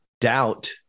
doubt